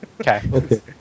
Okay